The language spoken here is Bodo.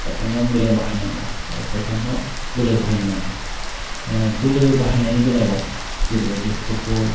खायफानियाव मेलेम बाहायनांगोन आरो खायफानियाव बोलो बाहायनो नांगोन ओह बोलो बाहायनायनि बेलायाव जेरैबायदि फुटबल